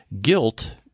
guilt –